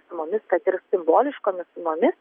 sumomis kad ir simboliškomis sumomis